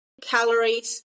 calories